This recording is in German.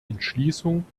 entschließung